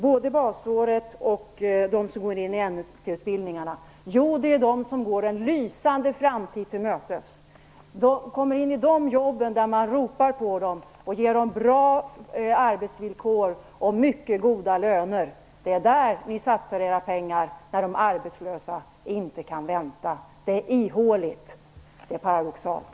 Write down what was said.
Både de som vill ha ett basår och de som vill gå en N/T-utbildning, är sådana personer som går en lysande framtid till mötes. De får sådana jobb där man ropar efter folk. De får bra arbetsvillkor och mycket goda löner. Det är där ni satsar era pengar när de arbetslösa inte kan vänta. Det är ihåligt. Det är paradoxalt.